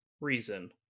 reason